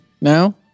now